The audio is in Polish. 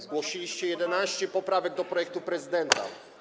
Zgłosiliście 11 poprawek do projektu prezydenta.